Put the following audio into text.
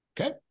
Okay